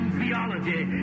theology